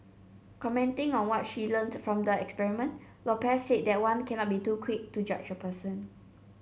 commenting on what she learnt from the experiment Lopez said that one cannot be too quick to judge a person